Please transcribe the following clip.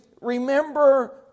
remember